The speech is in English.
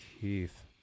Keith